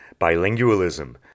bilingualism